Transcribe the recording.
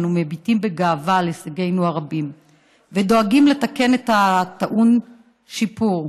אנו מביטים בגאווה על הישגינו הרבים ודואגים לתקן את הטעון שיפור.